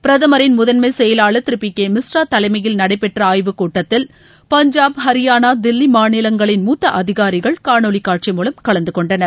பிரதமரின் முதன்மை செயலாளர் திரு பி கே மிஸ்ரா தலைமையில் நடைபெற்ற ஆய்வுக் கூட்டத்தில் பஞ்சாப் ஹரியானா தில்லி மாநிலங்களின் மூத்த அதிகாரிகள் காணொளி காட்சி மூலம் கலந்துகொண்டனர்